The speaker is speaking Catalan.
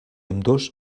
ambdós